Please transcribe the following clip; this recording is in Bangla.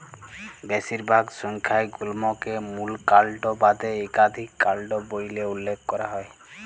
বেশিরভাগ সংখ্যায় গুল্মকে মূল কাল্ড বাদে ইকাধিক কাল্ড ব্যইলে উল্লেখ ক্যরা হ্যয়